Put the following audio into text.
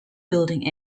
building